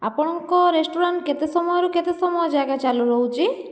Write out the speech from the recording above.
ଆପଣଙ୍କ ରେଷ୍ଟୁରାଣ୍ଟ କେତେ ସମୟରୁ କେତେ ସମୟ ଯାକେଁ ଚାଲୁ ରହୁଛି